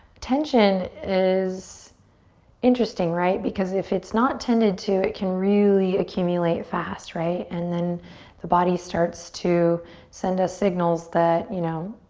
tension is interesting, right? because if it's not tended to it can really accumulate fast, right? and then the body starts to send us signals that, you know,